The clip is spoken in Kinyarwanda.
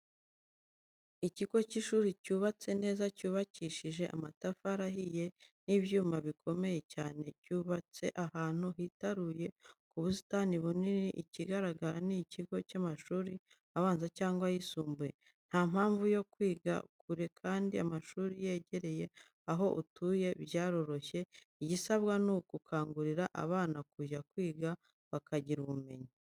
Ikigo cy'ishuri cyubatse neza cyubakishije amatafari ahiye n'ibyuma bikomeye cyane, cyubatse ahantu hitaruye ku busitani bunini ikigaragara ni ikigo cy'amashuri abanza cyangwa ayisumbuye. Nta mpamvu yo kwigira kure kandi amashuri yegereye aho utuye byaroroshye igisabwa ni ugukangurira abana kujya kwiga bakagira ubumenyi.